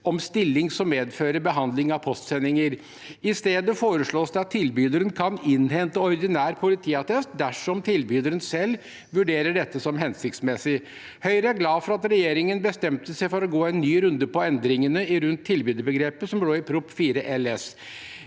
om stilling som medfører behandling av postsendinger. I stedet foreslås det at tilbyderen kan innhente ordinær politiattest dersom tilbyderen selv vurderer det som hensiktsmessig. Høyre er glad for at regjeringen bestemte seg for å gå en ny runde på endringene rundt tilbyderbegrepet som lå i Prop. 4 LS